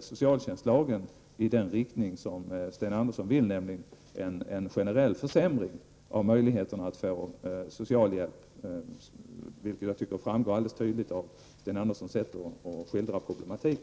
socialtjänstlagen i den riktning som Sten Andersson vill, nämligen mot en generell försämring av möjligheterna att få socialhjälp. Det framgår ju alldeles tydligt av det sätt på vilket Sten Andersson skildrar problematiken.